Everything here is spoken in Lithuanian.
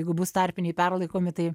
jeigu bus tarpiniai perlaikomi tai